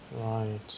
Right